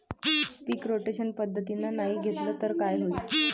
पीक rotation पद्धतीनं नाही घेतलं तर काय होईन?